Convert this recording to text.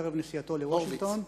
ערב נסיעתו לוושינגטון,